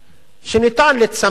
שאפשר לצמצם